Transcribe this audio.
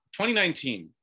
2019